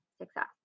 success